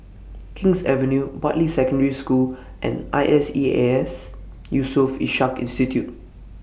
King's Avenue Bartley Secondary School and I S E A S Yusof Ishak Institute